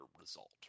result